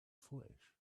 flesh